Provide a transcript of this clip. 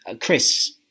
Chris